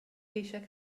eisiau